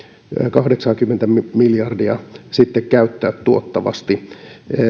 kahdeksaakymmentä miljardia käyttää tuottavasti